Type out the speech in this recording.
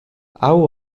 hau